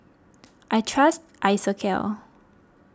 I trust Isocal